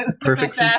perfect